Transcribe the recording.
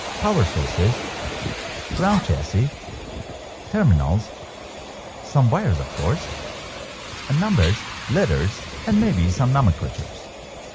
power sources ground chassis terminals some wires of course and numbers letters and maybe some nomenclatures